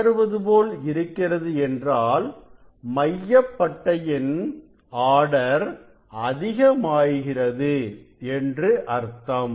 தகருவது போல் இருக்கிறது என்றாள் மையப் பட்டையின் ஆர்டர் அதிகமாகிறது என்று அர்த்தம்